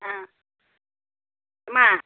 ஆ அம்மா